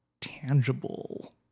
tangible